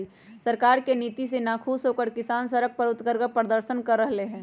सरकार के नीति से नाखुश होकर किसान सड़क पर उतरकर प्रदर्शन कर रहले है